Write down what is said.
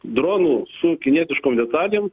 dronų su kinietiškom detalėm